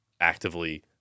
actively